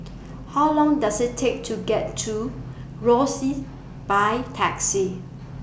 How Long Does IT Take to get to Rosyth By Taxi